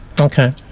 Okay